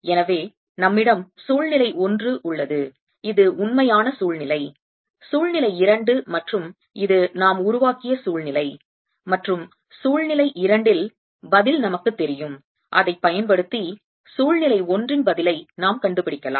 எனவே நம்மிடம் சூழ்நிலை ஒன்று உள்ளது இது உண்மையான சூழ்நிலை சூழ்நிலை இரண்டு மற்றும் இது நாம் உருவாக்கிய சூழ்நிலை மற்றும் சூழ்நிலை இரண்டில் பதில் நமக்குத் தெரியும் அதை பயன்படுத்தி சூழ்நிலை ஒன்றின் பதிலை நாம் கண்டுபிடிக்கலாம்